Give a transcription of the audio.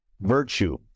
virtue